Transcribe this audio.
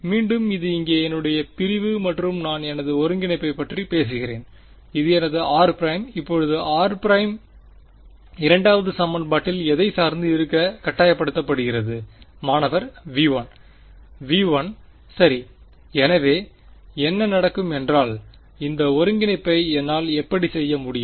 மீண்டும் இது இங்கே என்னுடைய பிரிவு மற்றும் நான் எனது ஒருங்கிணைப்பைப் பற்றிப் போகிறேன் இது எனது r′ இப்போது r′ the இரண்டாவது சமன்பாட்டில் எதை சார்ந்து இருக்க கட்டாயப்படுத்தப்படுகிறது மாணவர் V 1 V1 சரி எனவே என்ன நடக்கும் என்றால் இந்த ஒருங்கிணைப்பை என்னால் எப்படி செய்ய முடியும்